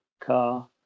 car